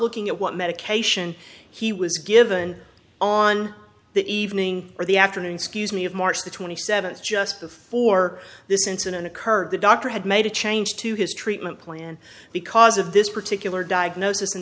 looking at what medication he was given on the evening or the afternoon scuse me of march the twenty seventh just before this incident occurred the doctor had made a change to his treatment plan because of this particular diagnos